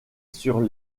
sur